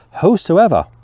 whosoever